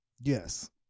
yes